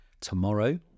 tomorrow